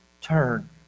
turn